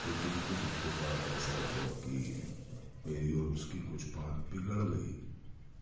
لیکن کچھ اتفاق ایسا ہوا کہ میری اور اس کی کچھ بات بگڑ گئی